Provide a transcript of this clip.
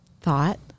thought